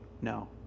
No